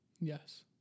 Yes